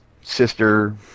sister